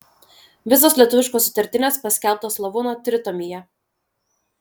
visos lietuviškos sutartinės paskelbtos slavūno tritomyje